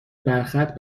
برخط